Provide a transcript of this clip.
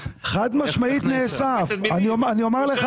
חד משמעית נאסף אני אומר לך